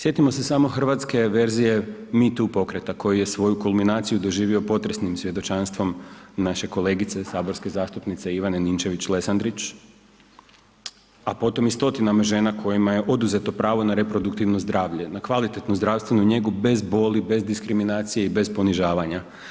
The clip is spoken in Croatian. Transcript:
Sjetimo se samo hrvatske verzije Meetup pokreta koji je svoju kulminaciju doživio potresnim svjedočanstvom naše kolegice saborske zastupnice Ivane Ninčević Lesandrić, a potom i 100-tinama žena kojima je oduzeto pravo na reproduktivno zdravlje na kvalitetnu zdravstvenu njegu bez boli, bez diskriminacije i bez ponižavanja.